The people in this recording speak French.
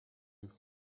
eux